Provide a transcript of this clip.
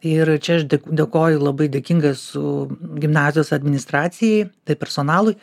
ir čia aš dėk dėkoju labai dėkinga esu gimnazijos administracijai tai personalui